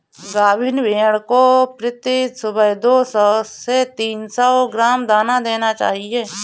गाभिन भेड़ को प्रति सुबह दो सौ से तीन सौ ग्राम दाना देना चाहिए